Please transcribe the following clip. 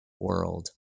world